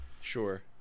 Sure